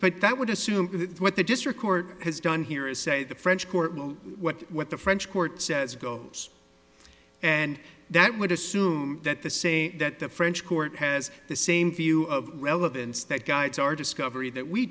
but that would assume what the district court has done here is say the french court what what the french court says goes and that would assume that the saying that the french court has the same view of relevance that guides our discovery that we